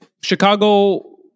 Chicago